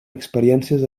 experiències